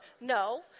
No